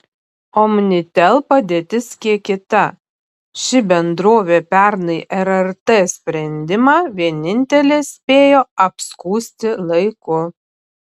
omnitel padėtis kiek kita ši bendrovė pernai rrt sprendimą vienintelė spėjo apskųsti laiku